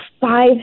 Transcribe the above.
five